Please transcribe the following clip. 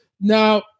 Now